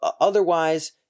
otherwise